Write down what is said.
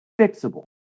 fixable